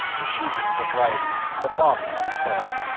the shootings and riotings and the bombing we saw.